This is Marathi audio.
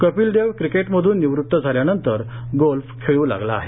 कपीलदेव क्रिकेटमधून निवृत्त झाल्यानंतर गोल्फ खेळू लागला आहे